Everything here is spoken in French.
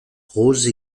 rose